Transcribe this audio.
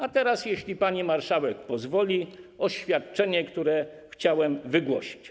A teraz, jeśli pani marszałek pozwoli, oświadczenie, które chciałem wygłosić.